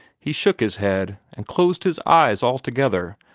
he shook his head, and closed his eyes altogether,